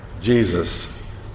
Jesus